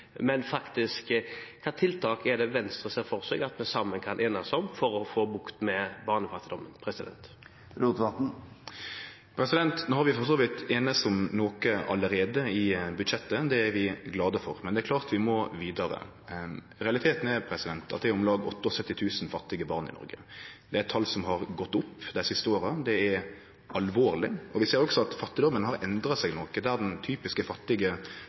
men det er klart at vi må vidare. Realiteten er at det er om lag 78 000 fattige barn i Noreg. Det er eit tal som har gått opp dei siste åra. Det er alvorleg. Vi ser også at fattigdommen har endra seg noko. Der den typiske fattige